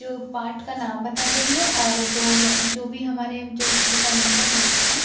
जो पार्ट का नाम बता देंगे और जो न जो भी हमारे जो घर का नंबर होता है